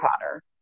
Potter